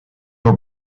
nor